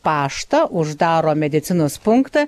paštą uždaro medicinos punktą